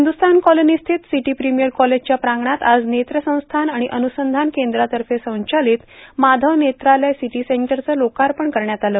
Hindustan colony स्थित city premier कॉलेजच्या प्रांगणात आज नेत्र संस्थान आणि अनुसंधान केंद्रातर्फे संचालित माधव नेत्रालय सिदी सेंटरचं लोकार्पण करण्यात आले